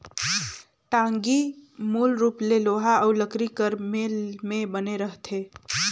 टागी मूल रूप ले लोहा अउ लकरी कर मेल मे बने रहथे